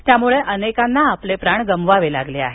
त्यामुळे अनेकांना आपले प्राण गमवावे लागले आहेत